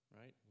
right